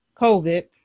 COVID